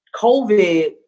COVID